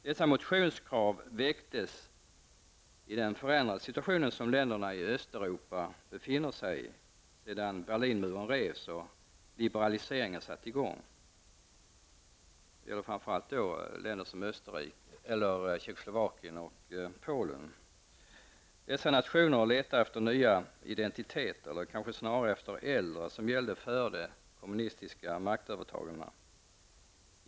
Dessa motionskrav väcktes med anledning av den förändrade situation som länderna i Östeuropa befinner sig i sedan Berlinmuren har rivits och liberaliseringen har satt i gång. Det gäller alltså framför allt länder som Tjeckoslovakien och Polen. Dessa nationer letar efter nya identiteter, eller kanske snarare efter äldre identiteter, som gällde före de kommunistiska maktövertagandena.